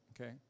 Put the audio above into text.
okay